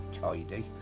tidy